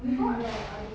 mm